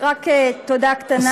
רק תודה קטנה.